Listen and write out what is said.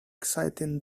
exciting